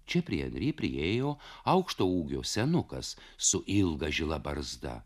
čia prie anry priėjo aukšto ūgio senukas su ilga žila barzda